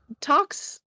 talks